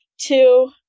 Two